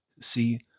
See